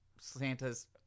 Santas